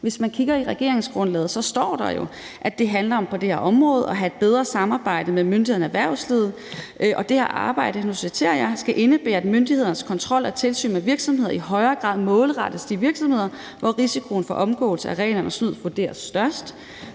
Hvis man kigger i regeringsgrundlaget, står der jo, at det på det her område handler om at have et bedre samarbejde mellem myndighederne og erhvervslivet, og det arbejde – nu citerer jeg – »skal indebære, at myndigheders kontrol og tilsyn med virksomheder i højere grad målrettes de virksomheder, hvor risikoen for omgåelse af reglerne og snyd vurderes størst.